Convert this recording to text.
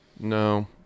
No